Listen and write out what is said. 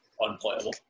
unplayable